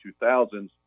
2000s